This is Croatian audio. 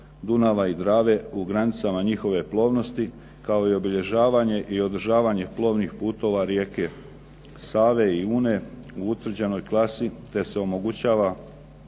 Dunava i Drave u granicama njihove plovnosti kao i obilježavanje i održavanje plovnih putova rijeke Save, i Une u utvrđenoj klasi te se omogućava